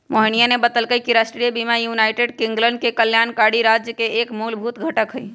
मोहिनीया ने बतल कई कि राष्ट्रीय बीमा यूनाइटेड किंगडम में कल्याणकारी राज्य के एक मूलभूत घटक हई